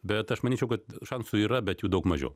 bet aš manyčiau kad šansų yra bet jų daug mažiau